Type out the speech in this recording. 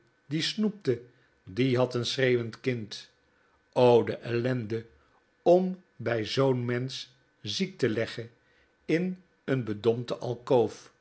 die snoepte die had n schreeuwend kind de ellende om bij zoo'n mensch ziek te leggen in n bedompte